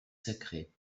sacrée